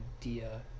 idea